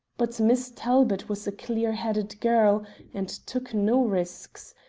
but miss talbot was a clearheaded girl and took no risks.